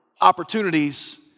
opportunities